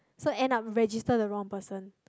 so end up register the wrong person